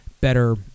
better